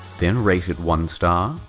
then rate it one star,